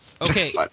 Okay